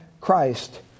Christ